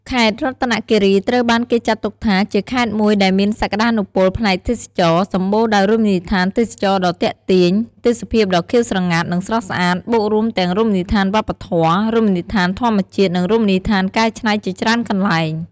ខេត្តរតនគិរី ត្រូវបានគេចាត់ទុកថា ជាខេត្តមួយដែលមានសក្ដានុពលផ្នែកទេសចរណ៍ សម្បូរដោយរមណីយដ្ឋានទេសចរណ៍ដ៏ទាក់ទាញ ទេសភាពដ៏ខៀវស្រងាត់ និងស្រស់ស្អាត បូករួមទាំងរមណីយដ្ឋានវប្បធម៌ រមណីយដ្ឋានធម្មជាតិ និងរមណីយដ្ឋានកែច្នៃជាច្រើនកន្លែង។